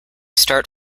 start